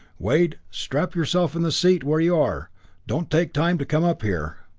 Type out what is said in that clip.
wade strap yourself in the seat where you are don't take time to come up here.